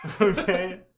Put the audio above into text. Okay